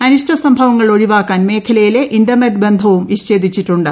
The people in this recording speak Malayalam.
അനിഷ്ട സംഭവങ്ങൾ ഒഴിവാക്കാൻ മേഖലയിലെ ഇന്റർനെറ്റ് ബന്ധവും വിഛേദിച്ചിട്ടുണ്ട്